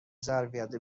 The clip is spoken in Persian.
ظرفیت